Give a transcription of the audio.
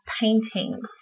painting